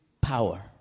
power